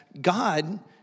God